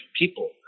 people